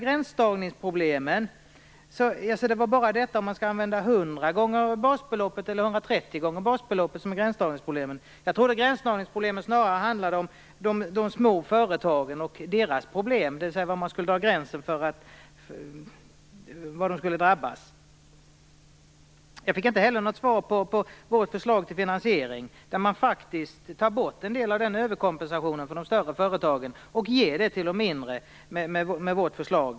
Gränsdragningsproblemet gällde bara om det skall vara 100 gånger basbeloppet eller 130 gånger basbeloppet. Jag trodde att gränsdragnigsproblemen snarare handlade om de små företagens problem, dvs. var man skulle dra gränsen för dem. Jag fick inte heller någon kommentar till vårt förslag till finansiering, där vi faktiskt tar bort en del av överkompensationen för de större företagen och ger till de mindre.